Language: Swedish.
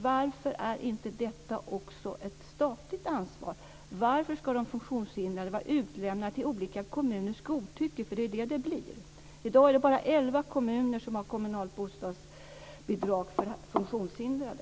Varför är inte också detta ett statligt ansvar? Varför ska de funktionshindrade vara utlämnade till olika kommuners godtycke? Det är så det blir. I dag är det bara elva kommuner som har kommunalt bostadsbidrag för funktionshindrade.